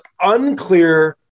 unclear